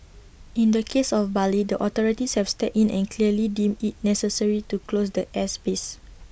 in the case of Bali the authorities have stepped in and clearly deemed IT necessary to close the airspace